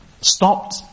stopped